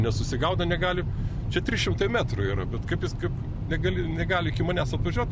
nesusigaudo negali čia trys šimtai metrų yra bet kaip jis kaip negali negali manęs atvažiuot